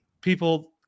people